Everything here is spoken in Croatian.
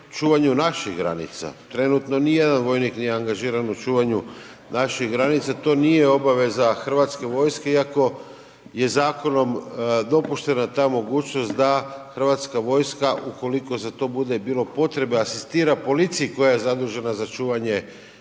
naših granica. Trenutno ni jedan vojnik nije angažiran u čuvanju naših granica. To nije obaveza Hrvatske vojske iako je zakonom dopuštena ta mogućnost da Hrvatska vojska ukoliko za to bude bilo i potrebe asistira policiji koja je zadužena za čuvanje